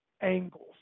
angles